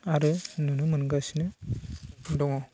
आरो नुनो मोनगासिनो दङ